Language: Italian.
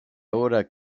ora